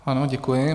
Ano, děkuji.